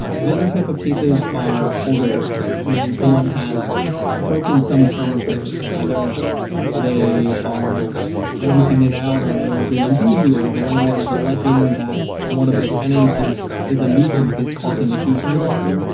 ah the other type of cases are holdover cases meaning someone has broken some terms of their lease. either they are renting it out on a or b and b or the landlord is alleging that one of the tenants is is a nuisance is causing issues in the building.